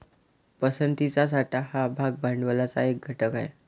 पसंतीचा साठा हा भाग भांडवलाचा एक घटक आहे